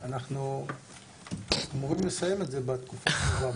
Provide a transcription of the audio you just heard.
אנחנו אמורים לסיים את זה בתקופה הקרובה,